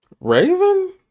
Raven